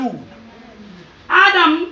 Adam